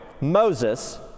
Moses